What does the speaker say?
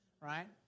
right